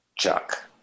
Chuck